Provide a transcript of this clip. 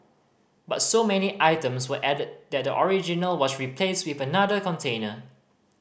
but so many items were added that the original was replaced with another container